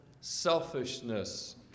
selfishness